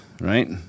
right